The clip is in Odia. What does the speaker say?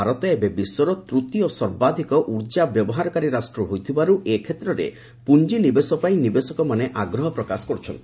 ଭାରତ ଏବେ ବିଶ୍ୱର ତୂତୀୟ ସର୍ବାଧିକ ଉର୍ଜା ବ୍ୟବହାରକାରୀ ରାଷ୍ଟ୍ର ହୋଇଥିବାରୁ ଏ କ୍ଷେତ୍ରରେ ପୁଞ୍ଜି ନିବେଶ ପାଇଁ ନିବେଶକମାନେ ଆଗ୍ରହ ପ୍ରକାଶ କରୁଛନ୍ତି